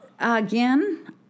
again